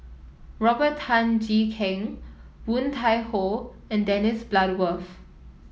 Robert Tan Jee Keng Woon Tai Ho and Dennis Bloodworth